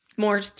more